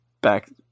back